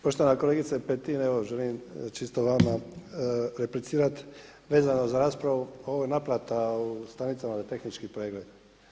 Poštovana kolegice Petin, evo želim čisto vama replicirati vezano za raspravu ovih naplata u stanicama za tehnički pregled.